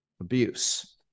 abuse